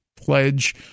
pledge